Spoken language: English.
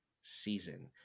season